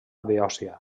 beòcia